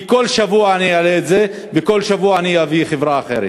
כי כל שבוע אני אעלה את זה וכל שבוע אני אביא חברה אחרת.